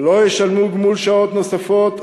לא ישלמו גמול שעות נוספות,